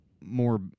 more